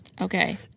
Okay